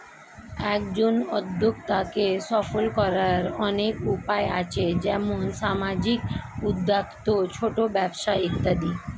একজন উদ্যোক্তাকে সফল করার অনেক উপায় আছে, যেমন সামাজিক উদ্যোক্তা, ছোট ব্যবসা ইত্যাদি